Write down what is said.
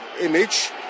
image